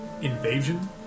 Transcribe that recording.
invasion